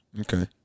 Okay